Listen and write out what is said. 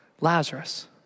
Lazarus